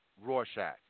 Rorschach